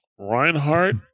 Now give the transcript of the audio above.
Reinhardt